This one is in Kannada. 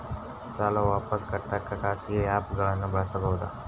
ಸಾಲ ವಾಪಸ್ ಕಟ್ಟಕ ಖಾಸಗಿ ಆ್ಯಪ್ ಗಳನ್ನ ಬಳಸಬಹದಾ?